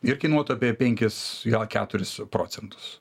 ir kainuotų apie penkis jo keturis procentus